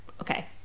okay